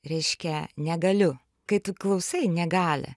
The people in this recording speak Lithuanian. reiškia negaliu kai tu klausai negalią